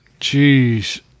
Jeez